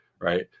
right